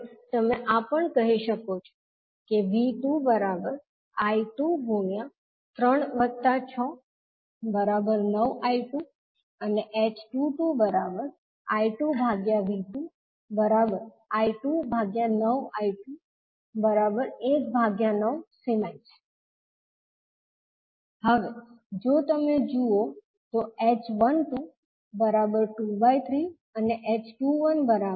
હવે તમે આ પણ કહી શકો છો V2I2369I2 h22 I2V2 I29I219S હવે જો તમે જુઓ તો h12 23 અને 𝐡21 −23 છે